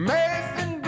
Mason